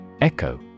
Echo